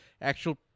actual